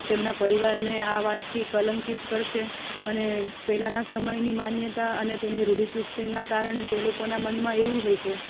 તેમના પરિવારને આ વાતથી કલંકિત કરશે અને પહેલાંના સમયની માન્યતા અને તેમની રૂઢિચુસ્તીના કારણે તે લોકોના મનમાં એવું હોય છે